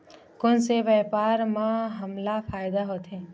कोन से व्यापार म हमला फ़ायदा होथे?